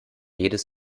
jedes